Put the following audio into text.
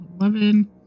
eleven